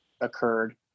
occurred